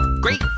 Great